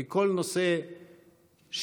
כי בכל נושא שיש